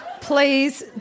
Please